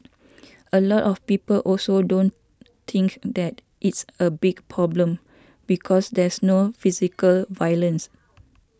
a lot of people also don't think that it's a big problem because there's no physical violence